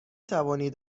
توانید